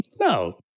No